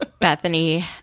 Bethany